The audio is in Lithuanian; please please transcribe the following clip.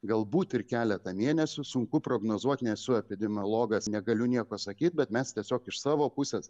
galbūt ir keletą mėnesių sunku prognozuot nesu epidemiologas negaliu nieko sakyt bet mes tiesiog iš savo pusės